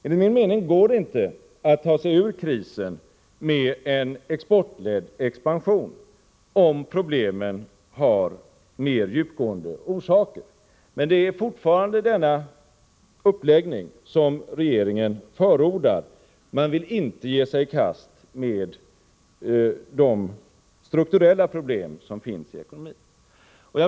Enligt min mening går det inte att ta sig ur krisen med en exportledd expansion om problemen har mer djupgående orsaker, men det är fortfarande denna uppläggning som regeringen förordar. Man vill inte ge sig i kast med de strukturella problem som finns i ekonomin.